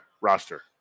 roster